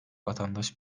vatandaş